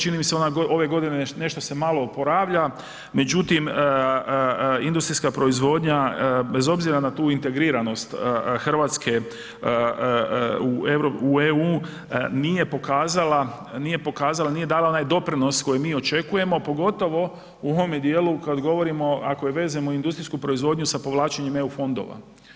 Čini mi se ove se godine nešto malo oporavlja međutim industrijska proizvodnja bez obzira na tu integriranost Hrvatske u EU nije pokazala, nije dala onaj doprinos koji mi očekujemo pogotovo u ovome dijelu kad govorimo, ako i vezujemo industrijsku proizvodnju sa povlačenjem EU fondova.